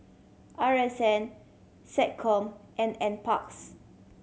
R S N SecCom and Nparks